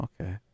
okay